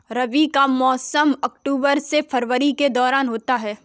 रबी का मौसम अक्टूबर से फरवरी के दौरान होता है